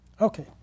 Okay